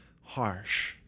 harsh